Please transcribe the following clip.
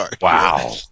wow